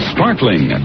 Sparkling